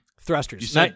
thrusters